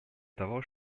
того